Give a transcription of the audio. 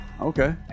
Okay